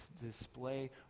display